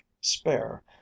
spare